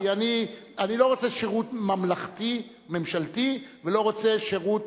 כי אני לא רוצה שירות ממלכתי ממשלתי ואני לא רוצה שירות